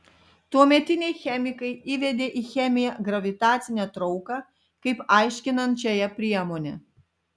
tuometiniai chemikai įvedė į chemiją gravitacinę trauką kaip aiškinančiąją priemonę